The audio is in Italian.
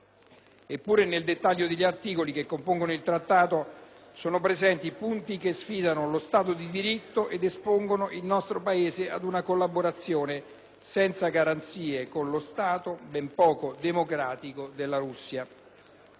Eppure, nel dettaglio degli articoli che compongono l'Accordo sono presenti punti che sfidano lo Stato di diritto ed espongono il nostro Paese ad una collaborazione, senza garanzie, con lo Stato, ben poco democratico, della Russia.